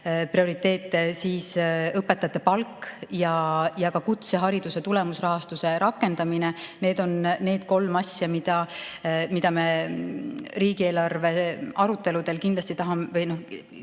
prioriteete, siis õpetajate palk ja ka kutsehariduse tulemusrahastuse rakendamine. Need on need kolm asja, millele me riigieelarve aruteludel taotleme lisaraha,